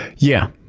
yeah,